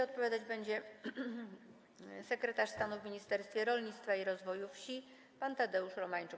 Odpowiadać będzie sekretarz stanu w Ministerstwie Rolnictwa i Rozwoju Wsi pan Tadeusz Romańczuk.